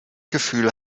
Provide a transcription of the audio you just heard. gefühl